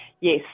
Yes